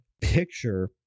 picture